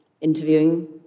interviewing